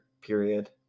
period